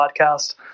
podcast